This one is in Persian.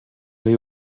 های